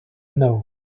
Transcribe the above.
know